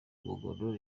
umugono